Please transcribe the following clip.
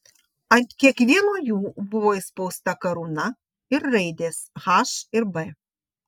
ant kiekvieno jų buvo įspausta karūna ir raidės h ir b